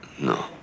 No